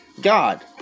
God